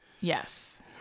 yes